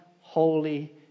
holy